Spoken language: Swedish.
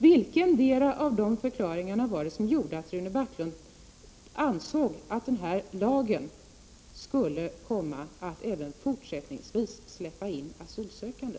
Vilkendera av dessa förklaringar var det som gjorde att Rune Backlund ansåg att denna lag skulle komma att även fortsättningsvis medge att man släppte in asylsökande?